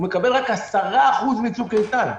מקבל רק 10% מצוק איתן.